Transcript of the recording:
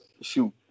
shoot